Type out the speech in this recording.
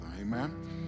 Amen